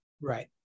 Right